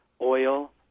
oil